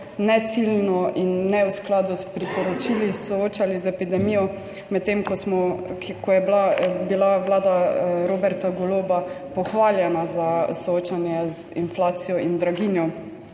neciljno in ne v skladu s priporočili soočali z epidemijo, medtem ko je bila vlada Roberta Goloba pohvaljena za soočanje z inflacijo in draginjo,